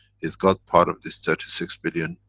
he's got part of this thirty-six billion,